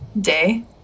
day